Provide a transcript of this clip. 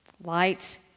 light